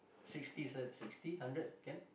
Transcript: sixty s~ sixty hundred can